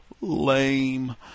Lame